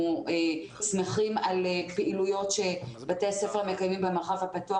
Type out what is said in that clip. אנחנו שמחים על פעילויות שבתי הספר מקיימים במרחב הפתוח,